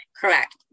Correct